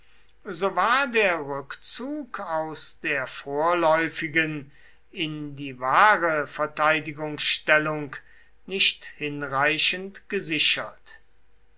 so war der rückzug aus der vorläufigen in die wahre verteidigungsstellung nicht hinreichend gesichert